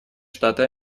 штаты